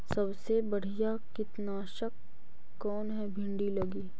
सबसे बढ़िया कित्नासक कौन है भिन्डी लगी?